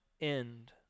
end